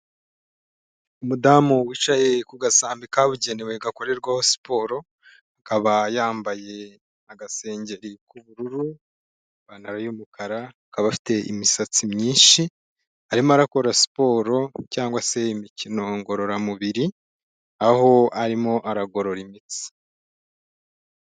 umudamu wicaye ku gasambi kabugenewe gakorerwaho siporo akaba yambaye agasengeri k'ubururu ipantaro y'umukara k'ba afite imisatsi myinshi arimo arakora siporo cyangwa se imikino ngororamubiri aho arimo aragorora imitsi